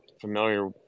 familiar